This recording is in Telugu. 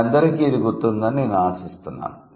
మీ అందరికీ ఇది గుర్తుందని నేను ఆశిస్తున్నాను